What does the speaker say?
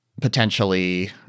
potentially